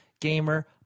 gamer